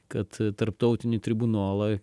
kad tarptautinį tribunolą